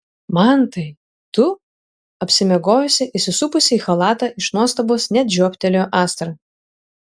mantai tu apsimiegojusi įsisupusi į chalatą iš nuostabos net žioptelėjo astra